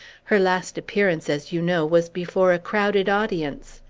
her last appearance, as you know, was before a crowded audience.